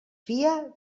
fia